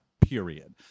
period